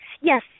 Yes